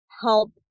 help